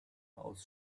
aus